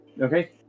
Okay